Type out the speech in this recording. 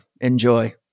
enjoy